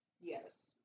Yes